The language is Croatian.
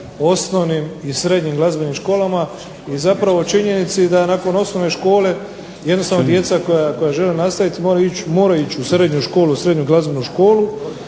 osnovnim i srednjim glazbenim školama i zapravo činjenici da nakon osnovne škole jednostavno djeca koja žele nastaviti moraju ići u srednju školu,